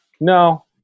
no